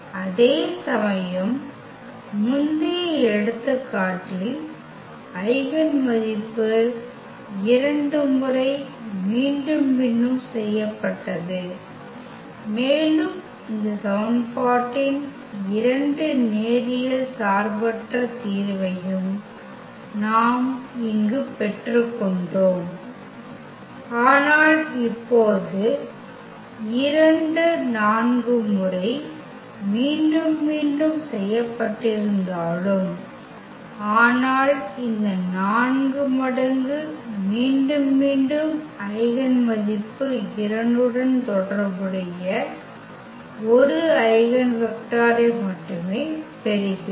அதேசமயம் முந்தைய எடுத்துக்காட்டில் ஐகென் மதிப்பு இரண்டு முறை மீண்டும் மீண்டும் செய்யப்பட்டது மேலும் இந்த சமன்பாட்டின் இரண்டு நேரியல் சார்பற்ற தீர்வையும் நாம் இங்கு பெற்றுக்கொண்டோம் ஆனால் இப்போது 2 நான்கு முறை மீண்டும் மீண்டும் செய்யப்பட்டிருந்தாலும் ஆனால் இந்த 4 மடங்கு மீண்டும் மீண்டும் ஐகென் மதிப்பு 2 உடன் தொடர்புடைய 1 ஐகென் வெக்டரை மட்டுமே பெறுகிறோம்